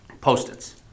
Post-its